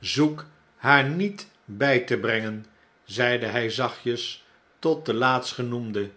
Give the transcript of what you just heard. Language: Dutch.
zoek haar niet bij te brengen zeide hij zachtjes tot de